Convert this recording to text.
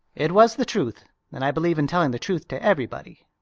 it was the truth and i believe in telling the truth to everybody.